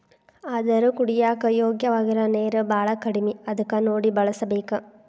ಆದರ ಕುಡಿಯಾಕ ಯೋಗ್ಯವಾಗಿರು ನೇರ ಬಾಳ ಕಡಮಿ ಅದಕ ನೋಡಿ ಬಳಸಬೇಕ